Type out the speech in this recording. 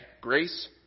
grace